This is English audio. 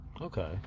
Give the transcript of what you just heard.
Okay